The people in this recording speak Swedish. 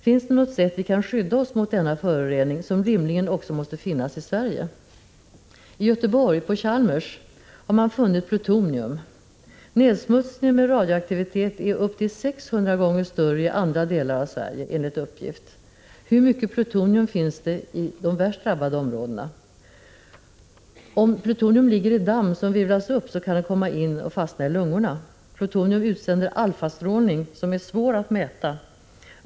Finns det något sätt på vilket vi kan skydda oss mot denna förorening, som rimligen också måste finnas i Sverige? I Göteborg, på Chalmers, har man funnit plutonium. Nedsmutsning med radioaktivitet är upp till 600 gånger större i andra delar av Sverige, enligt uppgift. Hur mycket plutonium finns det i de värst drabbade områdena? Om plutonium ligger i damm som virvlas upp kan det komma in och fastna i lungorna. Plutonium utsänder alfastrålning som är svår att mäta.